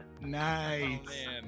nice